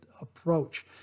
approach